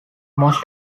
most